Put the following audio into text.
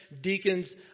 deacons